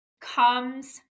comes